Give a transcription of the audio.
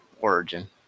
origin